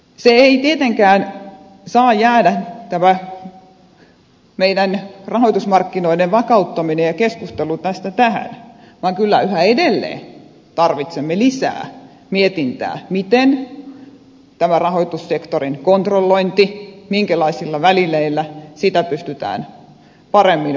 se ei tietenkään saa jäädä tähän tämä meidän rahoitusmarkkinoiden vakauttaminen ja keskustelu tästä vaan kyllä yhä edelleen tarvitsemme lisää mietintää miten tätä rahoitussektoria kontrolloidaan minkälaisilla välineillä sitä pystytään paremmin valvomaan